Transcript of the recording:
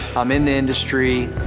i'm in the industry,